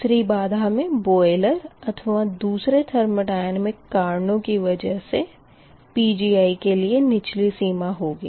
दूसरी बाधा मे बोईलेर अथवा दूसरे थर्मोडयनेमिक कारणो की वजह से Pgi के लिए निचली सीमा होगी